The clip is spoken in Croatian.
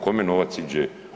Kome novac iđe?